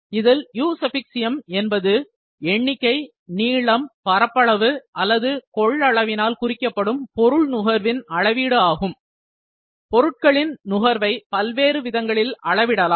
இதில் UM என்பது எண்ணிக்கை நீளம் பரப்பளவு அல்லது கொள்ளளவினால் குறிக்கப்படும் பொருள் நுகர்வின் அளவீடு ஆகும் பொருட்களின் நுகர்வை பல்வேறு விதங்களில் அளவிடலாம்